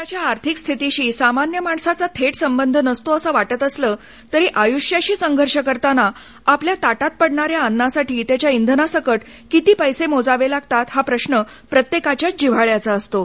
देशाच्या आर्थिक स्थितीशी सामान्य माणसाचा थेट संबंध नसतो असं वाटत असलं तरी आयुष्याशी संघर्ष करताना आपल्या ताटात पडणाऱ्या अन्नासाठी त्याच्या इंधनासकट किती पैसे मोजावे लागतात हा प्रश्न प्रत्येकाच्याच जिव्हाळ्याचा असतो